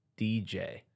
DJ